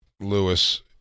Lewis